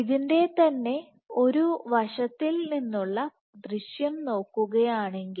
ഇതിൻറെ തന്നെ ഒരു വശത്തിൽ നിന്നുള്ള ദൃശ്യം നോക്കുകയാണെങ്കിൽ